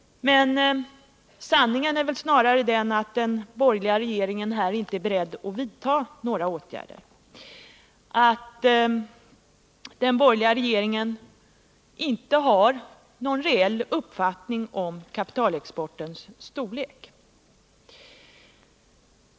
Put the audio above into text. Sanningen är väl snarast den att den borgerliga regeringen inte är beredd att vidta några åtgärder, att den inte ens har en uppfattning om kapitalexportens storlek.